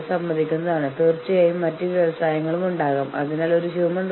നിങ്ങൾ പറയാൻ പോകുന്നത് ചർച്ചയ്ക്ക് ഒരു മാറ്റവും വരുത്തില്ലായെങ്കിൽ മിണ്ടാതിരിക്കുക